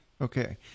Okay